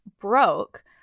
broke